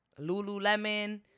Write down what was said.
Lululemon